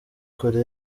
korea